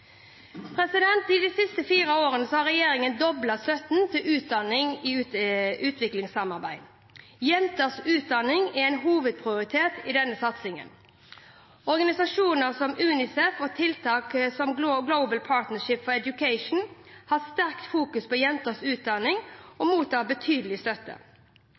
i partnerland i Sør. De siste fire årene har regjeringen doblet støtten til utdanning i utviklingssamarbeidet. Jenters utdanning er en hovedprioritet i denne satsingen. Organisasjoner som UNICEF og tiltak som Global Partnership for Education har sterkt fokus på jenters utdanning og mottar betydelig støtte.